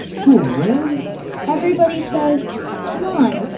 come on everybody says come on!